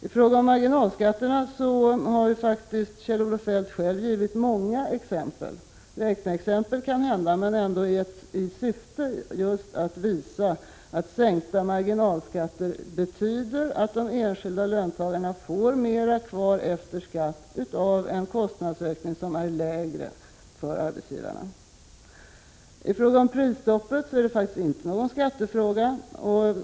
I fråga om marginalskatterna har ju Kjell-Olof Feldt själv givit många exempel — kanhända räkneexempel — för att visa att en sänkning betyder att de enskilda löntagarna får mera kvar efter skatt, även när kostnadsökningen blir låg för arbetsgivarna. Prisstoppet är faktiskt inte någon skattefråga.